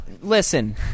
Listen